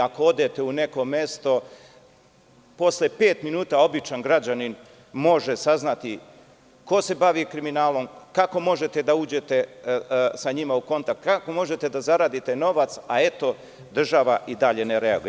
Ako odete u neko mesto, posle pet minuta običan građanin može saznati ko se bavi kriminalom, kako možete da uđete sa njima u kontakt, kako možete da zaradite novac, a eto, država i dalje ne reaguje.